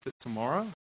tomorrow